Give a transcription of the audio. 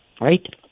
Right